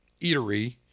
eatery